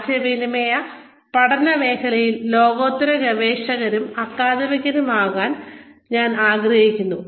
ആശയവിനിമയ പഠനമേഖലയിൽ ലോകോത്തര ഗവേഷകനും അക്കാദമികനുമാകാൻ ഞാൻ ആഗ്രഹിക്കുന്നു